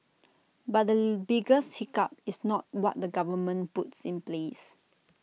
but the biggest hiccup is not what the government puts in place